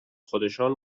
خودشان